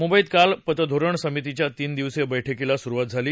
मुंबईत काल पतधोरण समितीच्या तीन दिवसीय बर्ख्कीला सुरुवात झाली